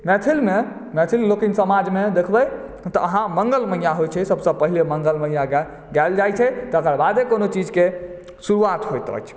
मैथिलमे मैथिल लोकनि समाजमे देखबै तऽ अहाँ मङ्गल मईया होइ छै सभसँ पहिने मङ्गल मईया गाएल जाइ छै तकर बादे कोनो चीजकेँ शुरुआत होइत अछि